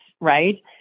right